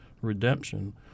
redemption